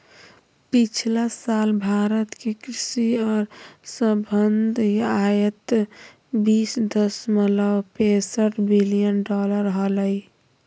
पिछला साल भारत के कृषि और संबद्ध आयात बीस दशमलव पैसठ बिलियन डॉलर हलय